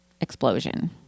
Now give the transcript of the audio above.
explosion